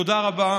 תודה רבה.